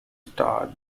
star